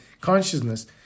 consciousness